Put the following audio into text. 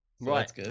right